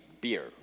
beer